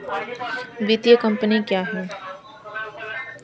वित्तीय कम्पनी क्या है?